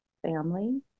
family